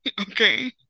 okay